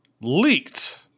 leaked